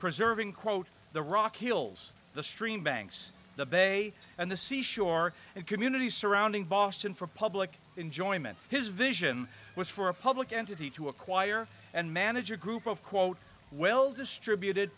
preserving quote the rock hills the stream banks the bay and the sea shore and communities surrounding boston for public enjoyment his vision was for a public entity to acquire and manage a group of quote will distributed